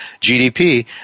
GDP